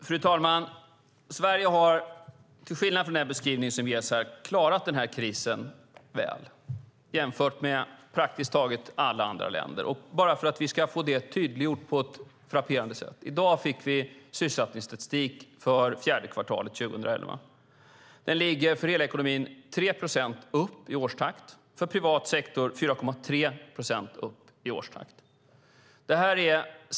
Fru talman! Sverige har, till skillnad från den beskrivning som ges här, klarat krisen väl jämfört med praktiskt taget alla andra länder. Det tydliggörs på ett frapperande sätt: I dag fick vi sysselsättningsstatistik för fjärde kvartalet 2011. Den ligger för hela ekonomin 3 procent upp i årstakt, och för privat sektor är det 4,3 procent upp.